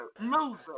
loser